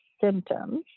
symptoms